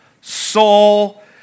soul